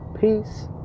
peace